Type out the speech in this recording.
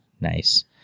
Nice